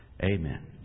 Amen